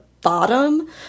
bottom